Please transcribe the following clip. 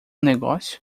negócio